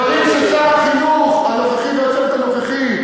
דברים של שר החינוך הנוכחי ושל הצוות הנוכחי,